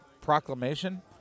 proclamation